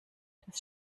das